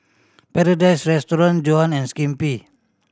Paradise Restaurant Johan and Skippy